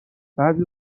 بعضی